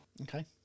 Okay